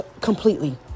completely